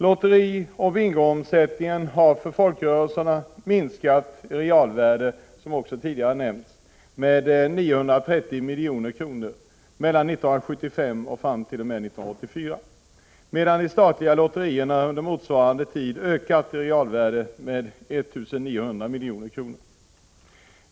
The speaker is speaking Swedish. Lotterioch bingoomsättningen har för folkrörelserna minskat i realvärde — det har också nämnts tidigare — med 930 milj.kr. mellan 1975 och 1984, medan de statliga lotterierna under motsvarande tid ökat i realvärde med 1 900 milj.kr.